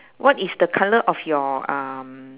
what is the colour of your um